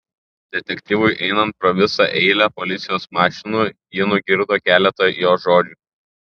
detektyvui einant pro visą eilę policijos mašinų ji nugirdo keletą jo žodžių